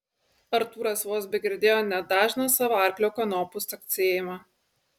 artūras vos begirdėjo net dažną savo arklio kanopų caksėjimą